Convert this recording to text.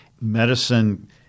Medicine